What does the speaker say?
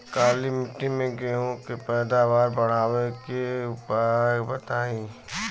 काली मिट्टी में गेहूँ के पैदावार बढ़ावे के उपाय बताई?